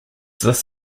this